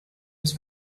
was